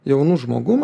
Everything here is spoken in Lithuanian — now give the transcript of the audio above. jaunu žmogum